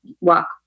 walk